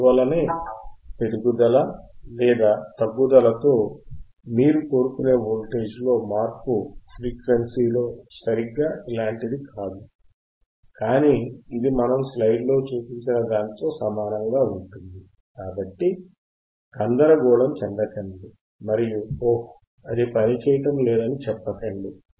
అందువల్లనేపెరుగుదల లేదా తగ్గుదలతో మీరు కోరుకునే వోల్టేజ్లో మార్పు ఫ్రీక్వెన్సీలో సరిగ్గా ఇలాంటిది కాదు కానీ ఇది మనము స్లైడ్లో చూపించిన దానితో సమానంగా ఉంటుంది కాబట్టి గందరగోళం చెందకండి మరియు ఓహ్ అది పనిచేయడం లేదని చెప్పకండి